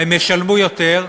הם ישלמו יותר.